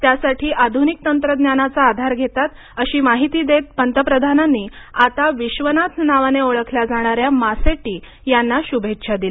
त्यासाठी आधुनिक तंत्रज्ञानाचा आधार घेतात अशी माहिती देत पंतप्रधानांनी आता विश्वनाथ नावाने ओळखल्या जाणाऱ्या मासेट्टी यांना शुभेच्छा दिल्या